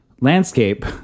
landscape